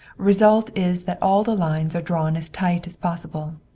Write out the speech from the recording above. result is that all the lines are drawn as tight as possible.